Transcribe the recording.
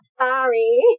Sorry